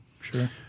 Sure